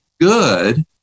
good